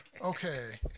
Okay